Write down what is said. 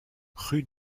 rue